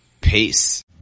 Peace